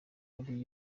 muri